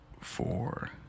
four